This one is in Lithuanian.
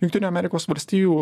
jungtinių amerikos valstijų